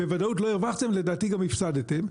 בוודאות לא הרווחתם, ולדעתי גם הפסדתם.